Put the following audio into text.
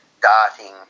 darting